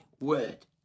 word